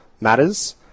matters